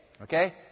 Okay